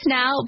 now